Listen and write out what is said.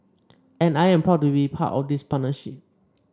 and I am proud to be part of this partnership